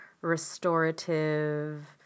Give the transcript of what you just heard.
restorative